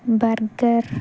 burger